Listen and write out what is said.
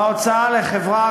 בהוצאה על חברה,